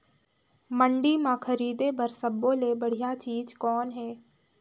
मंडी म खरीदे बर सब्बो ले बढ़िया चीज़ कौन हे?